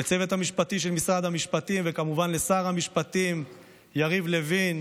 לצוות המשפטי של משרד המשפטים וכמובן לשר המשפטים יריב לוין,